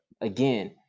again